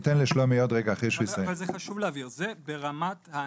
זה ברמת הענף.